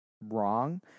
wrong